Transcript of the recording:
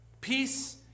Peace